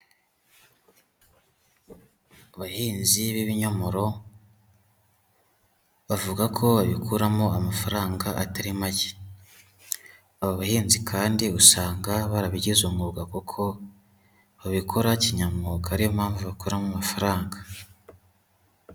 Abahinzi b'ibinyomoro bavuga ko babikuramo amafaranga atari make, aba bahinzi kandi usanga barabigize umwuga kuko babikora kinyamwuga ariyo mpamvu bakuramo amafaranga.